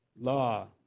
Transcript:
law